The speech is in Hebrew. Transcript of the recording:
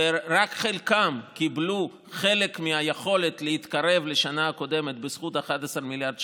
ורק חלקם קיבלו חלק מהיכולת להתקרב לשנה הקודמת בזכות 11 מיליארד שקל,